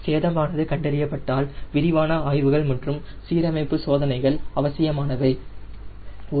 சேதமானது கண்டறியப்பட்டால் விரிவான ஆய்வு மற்றும் சீரமைப்பு சோதனைகள் அவசியமானவை ஆகும்